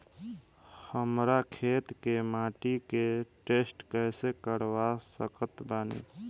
हमरा खेत के माटी के टेस्ट कैसे करवा सकत बानी?